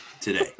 today